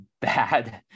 bad